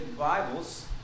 Bibles